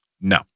no